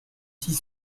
six